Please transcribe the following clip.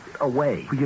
away